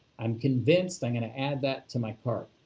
i'm convinced i'm going to add that to my cart.